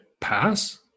pass